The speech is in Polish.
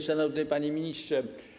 Szanowny Panie Ministrze!